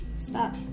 Stop